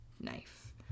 knife